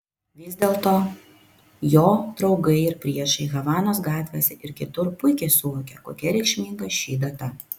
vis dėlto jo draugai ir priešai havanos gatvėse ir kitur puikiai suvokia kokia reikšminga ši data